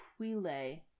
quile